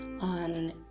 on